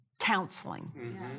counseling